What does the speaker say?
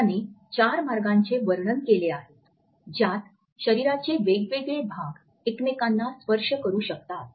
त्याने चार मार्गांचे वर्णन केले आहे ज्यात शरीराचे वेगवेगळे भाग एकमेकांना स्पर्श करू शकतात